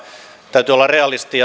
täytyy olla realisti